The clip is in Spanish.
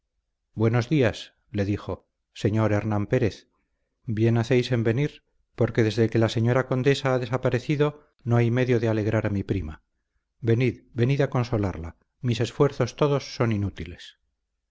buenos días le dijo señor hernán pérez bien hacéis en venir porque desde que la señora condesa ha desaparecido no hay medio de alegrar a mi prima venid venid a consolarla mis esfuerzos todos son inútiles